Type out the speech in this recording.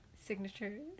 Signature